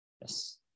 Yes